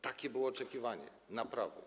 Takie było oczekiwanie: naprawa.